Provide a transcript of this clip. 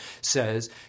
says